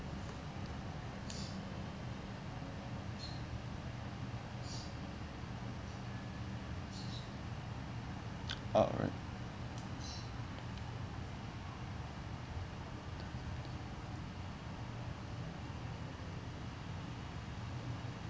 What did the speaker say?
alright